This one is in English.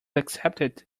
accepted